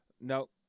no